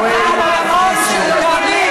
תעני,